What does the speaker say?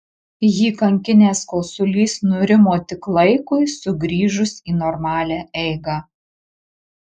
jį kankinęs kosulys nurimo tik laikui sugrįžus į normalią eigą